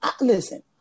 listen